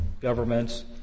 governments